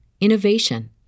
innovation